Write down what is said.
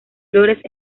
flores